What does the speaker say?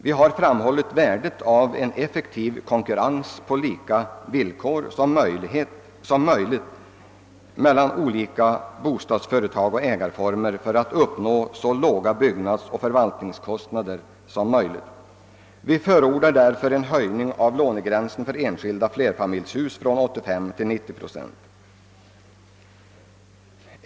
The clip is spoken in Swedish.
Vi har framhållit värdet av en effektiv konkurrens på så lika villkor som möjligt mellan olika bostadsföretag och ägarformer för att uppnå lägsta tänkbara bostadsoch förvaltningskostnader. Vi förordar därför en höjning av lånegränsen för enskilda flerfamiljshus från 85 till 90 procent.